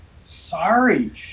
sorry